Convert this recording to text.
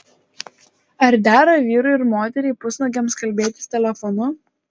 ar dera vyrui ir moteriai pusnuogiams kalbėtis telefonu